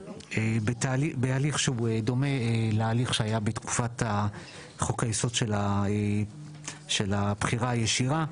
בהליך שהוא דומה להליך שהיה בתקופת חוק היסוד של הבחירה הישירה,